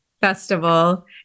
festival